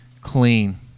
clean